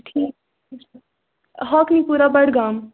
ٹھیٖک کیٚنٛہہ چھُنہٕ ہاکی پوٗرہ بَڈگام